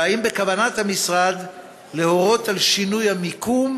2. האם בכוונת המשרד להורות על שינוי המיקום